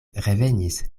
revenis